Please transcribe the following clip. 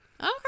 Okay